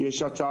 לדיון